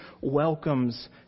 welcomes